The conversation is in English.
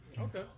Okay